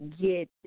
get